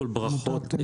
ברכות לכולם,